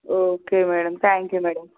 okay madam thank you madam